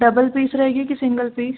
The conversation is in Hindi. डबल पीस रहेगी कि सिंगल पीस